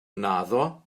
naddo